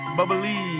Bubbly